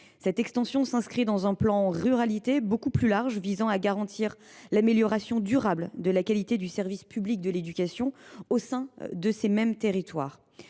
Cette extension s’inscrit dans un plan ruralité beaucoup plus large qui vise à garantir l’amélioration durable de la qualité du service public de l’éducation au sein de ces territoires.